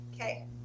Okay